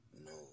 no